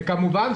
וכמובן,